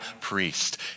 priest